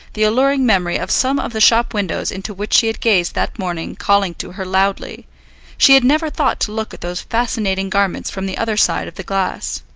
the alluring memory of some of the shop windows into which she had gazed that morning calling to her loudly she had never thought to look at those fascinating garments from the other side of the glass.